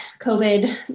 COVID